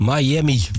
Miami